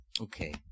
Okay